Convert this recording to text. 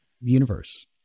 universe